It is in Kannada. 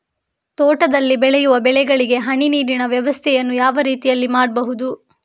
ತೋಟದಲ್ಲಿ ಬೆಳೆಯುವ ಬೆಳೆಗಳಿಗೆ ಹನಿ ನೀರಿನ ವ್ಯವಸ್ಥೆಯನ್ನು ಯಾವ ರೀತಿಯಲ್ಲಿ ಮಾಡ್ಬಹುದು?